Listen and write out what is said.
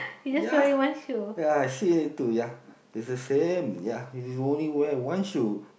ya ya actually two ya it's the same ya he's only wearing one shoe